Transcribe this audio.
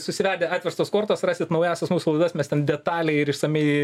susiradę atverstos kortos rasit naujausias mūsų laidas mes ten detaliai ir išsamiai